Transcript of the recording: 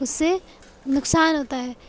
اس سے نقصان ہوتا ہے